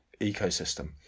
ecosystem